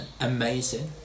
amazing